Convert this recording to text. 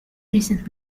recent